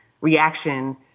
reaction